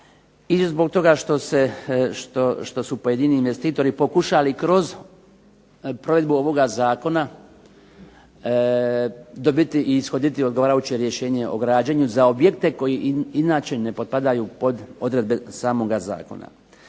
zbog toga što su pojedini investitori pokušali kroz provedbu ovoga zakona dobiti i ishoditi odgovarajuće rješenje o građenju za objekte koji inače ne potpadaju pod odredbe samoga zakona.